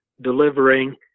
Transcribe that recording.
delivering